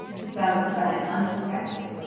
he found the giant unprotected,